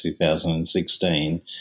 2016